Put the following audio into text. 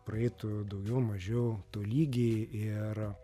praeitų daugiau mažiau tolygiai ir